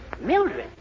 Mildred